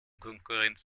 konkurrenz